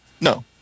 No